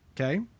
Okay